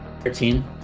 thirteen